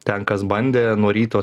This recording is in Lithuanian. ten kas bandė nuo ryto